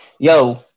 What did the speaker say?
Yo